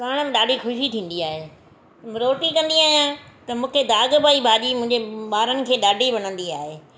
करण ॾाढी ख़ुशी थींदी आहे रोटी कंदी आहियां त मूंखे दाघ पई भाॼी मूंहिंजे ॿारनि खे ॾाढी वणंदी आहे